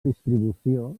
distribució